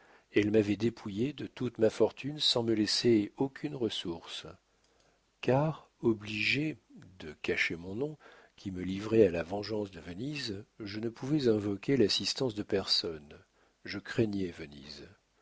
elle m'avait dépouillé de toute ma fortune sans me laisser aucune ressource car obligé de cacher mon nom qui me livrait à la vengeance de venise je ne pouvais invoquer l'assistance de personne je craignais venise